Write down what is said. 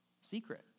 secret